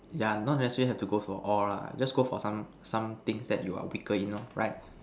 yeah not necessarily have to go for all lah just got for some some things that you're weaker in lor right